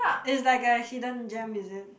is like a hidden gem is it